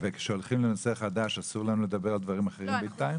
כשהולכים לנושא חדש אסור לנו לדבר על דברים אחרים בינתיים?